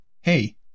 hey